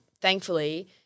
thankfully